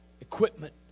equipment